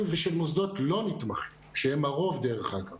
ושל מוסדות לא נתמכים שהם הרוב דרך אגב